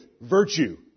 virtue